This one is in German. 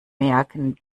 merken